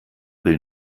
will